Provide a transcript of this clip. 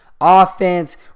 offense